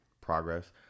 progress